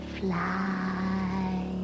fly